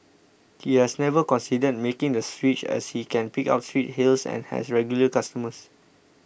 he has never considered making the switch as he can pick up street hails and has regular customers